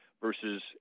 versus